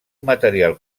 material